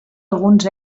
alguns